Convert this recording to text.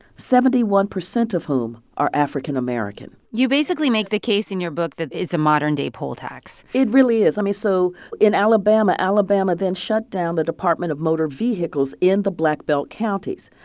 seventy one percent of whom are african-american you basically make the case in your book that it's a modern-day poll tax it really is. i mean, so in alabama, alabama then shut down the department of motor vehicles in the black belt counties,